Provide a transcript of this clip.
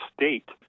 state